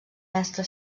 mestre